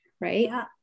Right